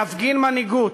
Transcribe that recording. להפגין מנהיגות.